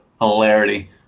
Hilarity